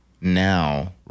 now